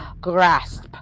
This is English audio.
grasp